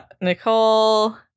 Nicole